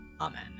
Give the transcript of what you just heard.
Amen